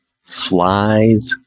flies